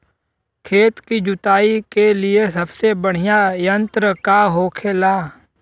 खेत की जुताई के लिए सबसे बढ़ियां यंत्र का होखेला?